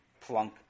Plunk